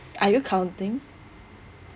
are you counting